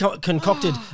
concocted